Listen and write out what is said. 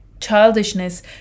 childishness